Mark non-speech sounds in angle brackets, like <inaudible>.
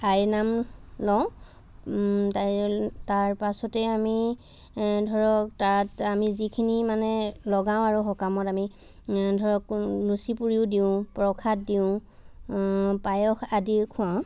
আই নাম লওঁ <unintelligible> তাৰ পাছতে আমি ধৰক তাত আমি যিখিনি মানে লগাওঁ আৰু সকামত আমি ধৰক লুচি পুৰিও দিওঁ প্ৰসাদ দিওঁ পায়স আদিও খোৱাওঁ